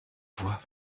voix